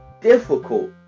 difficult